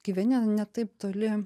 gyveni ne taip toli